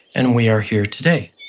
and we are here today.